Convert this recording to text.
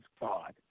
God